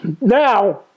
Now